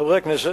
חברי הכנסת,